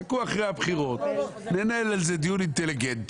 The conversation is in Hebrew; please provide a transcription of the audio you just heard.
חכו אחרי הבחירות, ננהל על זה דיון אינטליגנטי,